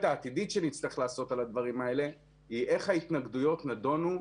העתידית שנצטרך לעשות על הדברים האלה הוא איך ההתנגדויות נדונו,